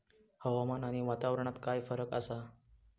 हवामान आणि वातावरणात काय फरक असा?